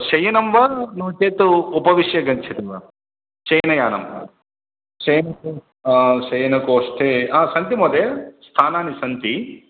शयनं वा नो चेत् उपविश्य गच्छति वा शयनयानं शयन चेत् शयनकोष्ठे अ सन्ति महोदय स्थानानि सन्ति